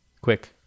quick